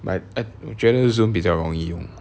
but I 觉得 zoom 比较容易用